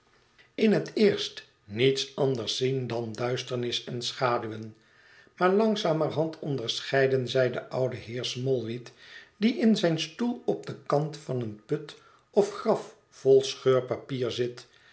in het eerst niets anders zien dan duisternis en schaduwen maar langzamerhand onderscheiden zij den ouden heer smallweed die in zijn stoel op den kant van een put of graf vol scheurpapier zit